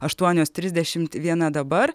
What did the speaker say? aštuonios trisdešimt viena dabar